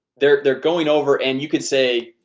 they're they're going over and you could say